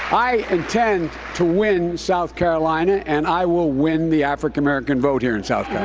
i intend to win south carolina, and i will win the african american vote here in south